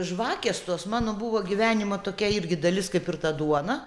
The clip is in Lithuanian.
žvakės tos mano buvo gyvenimo tokia irgi dalis kaip ir ta duona